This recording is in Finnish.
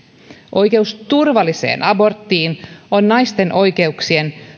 oikeus turvalliseen aborttiin on suomen ulkopolitiikan naisten oikeuksien